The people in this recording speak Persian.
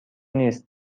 نیس